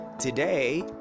today